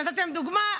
ונתתי להם דוגמה,